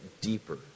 deeper